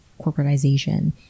corporatization